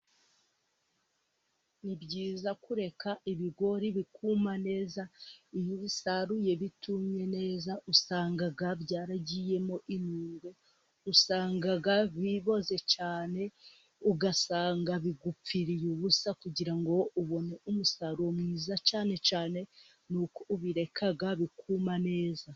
Ni byiza kureka ibigori bikuma neza, iyo ubisaruye bitumye neza usanga byaragiyemo inurwe, usanga biboze cyane, ugasanga bigupfiriye ubusa, kugira ngo ubone umusaruro mwiza cyane cyane nuko ubireka bikuma neza.